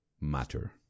matter